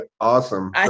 awesome